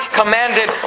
commanded